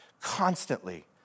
constantly